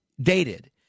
dated